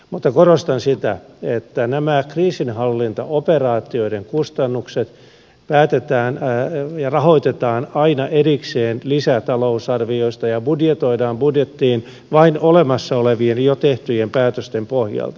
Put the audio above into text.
mutta korostan sitä että nämä kriisinhallintaoperaatioiden kustannukset päätetään ja rahoitetaan aina erikseen lisätalousarvioista ja budjetoidaan budjettiin vain olemassa olevien jo tehtyjen päätösten pohjalta